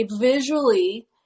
visually